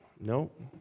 Nope